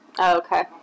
Okay